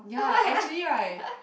ya actually right